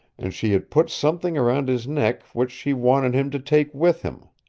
and she had put something around his neck which she wanted him to take with him.